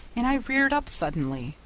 and i reared up suddenly,